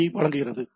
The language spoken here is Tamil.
பியை வழங்குகிறது